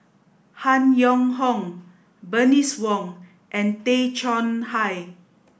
Han Yong Hong Bernice Wong and Tay Chong Hai